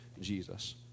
Jesus